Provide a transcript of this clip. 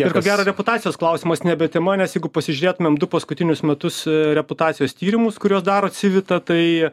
ir ko gero reputacijos klausimas nebe tema nes jeigu pasižiūrėtumėm du paskutinius metus reputacijos tyrimus kuriuos daro civita tai